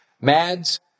Mads